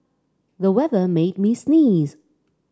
the weather made me sneeze